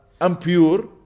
impure